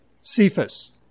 Cephas